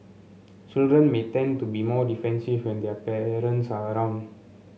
children may tend to be more defensive when their parents are around